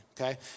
okay